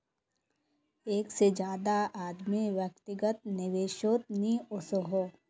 एक से ज्यादा आदमी व्यक्तिगत निवेसोत नि वोसोह